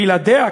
בלעדיה,